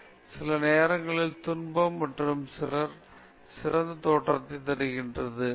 எனவே சில நேரங்களில் துன்பம் ஒரு நபர் சிறந்த தோற்றத்தை தருகிறது